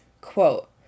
quote